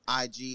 IG